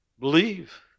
Believe